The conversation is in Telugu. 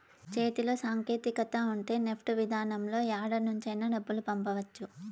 చేతిలో సాంకేతికత ఉంటే నెఫ్ట్ విధానంలో యాడ నుంచైనా డబ్బులు పంపవచ్చు